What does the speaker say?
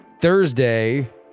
Thursday